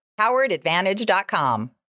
poweredadvantage.com